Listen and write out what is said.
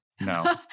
no